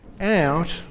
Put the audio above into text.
out